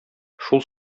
шул